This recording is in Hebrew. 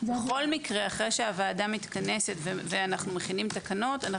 בכל מקרה אחרי שהוועדה מתכנסת ואנחנו מכינים תקנות,